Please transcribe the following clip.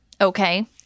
okay